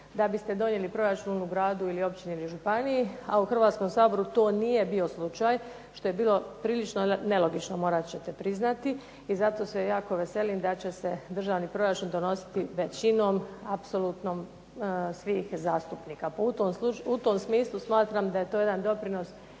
da biste donijeli proračun u gradu, općini ili županiji, a u Hrvatskom saboru to nije bio slučaj što je bilo prilično nelogično morat ćete priznati. I zato se jako veselim što će se državni proračun donositi većinom apsolutnom svih zastupnika. Pa u tom smislu smatram da je to jedan doprinos